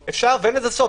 אין לזה סוף.